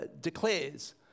declares